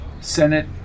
Senate